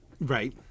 Right